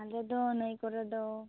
ᱟᱞᱮᱫᱚ ᱱᱟ ᱭ ᱠᱚᱨᱮ ᱫᱚ